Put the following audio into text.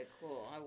cool